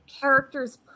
characters